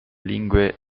lingue